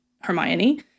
Hermione